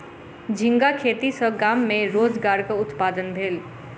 झींगा खेती सॅ गाम में रोजगारक उत्पादन भेल